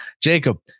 Jacob